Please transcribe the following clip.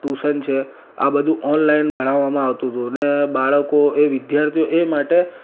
tuition છે આ બધુ ઓનલાઈન ભણાવવામાં આવતું હતું અને બાળકો એ વિદ્યાર્થીઓ એ માટે